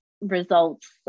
Results